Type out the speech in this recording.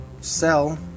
sell